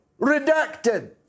redacted